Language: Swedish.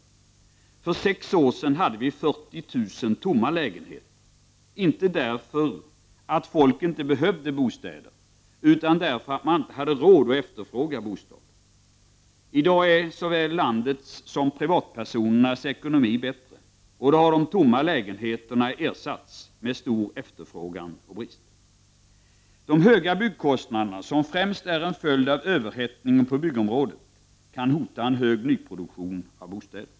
För sex år sedan hade vi 40 000 tomma lägenheter. Inte därför att folk inte behövde bostäder utan därför att folk inte hade råd att efterfråga bostad. I dag är såväl landets som privatpersonernas ekonomi bättre. Då har de tomma lägenheterna ersatts med stor efterfrågan och brist. De höga byggkostnaderna, som främst är en följd av överhettningen på byggområdet, kan hota en hög nyproduktion av bostäder.